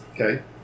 Okay